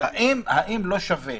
האם לא שווה